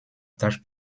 taches